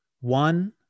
One